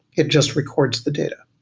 it just records the data.